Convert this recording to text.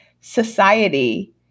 society